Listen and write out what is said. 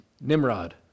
Nimrod